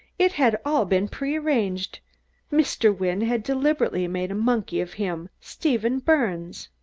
it had all been prearranged mr. wynne had deliberately made a monkey of him steven birnes!